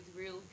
real